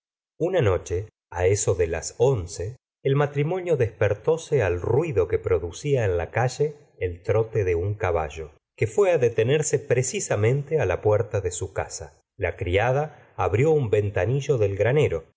una noche eso de las once el matrimonio despertóse al ruido que producía en la calle el trote de un caballo que fué detenerse precisamente la puerta de su casa la criada abrió un ventanillo del granero